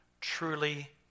truly